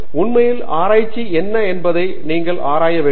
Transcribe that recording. டங்கிராலா ஆம் உண்மையில் ஆராய்ச்சி என்ன என்பதை நீங்கள் ஆராய வேண்டும்